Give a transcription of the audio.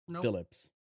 Phillips